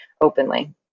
openly